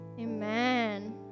Amen